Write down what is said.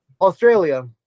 Australia